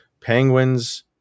Penguins